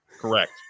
Correct